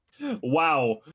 Wow